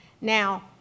Now